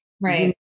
Right